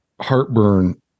heartburn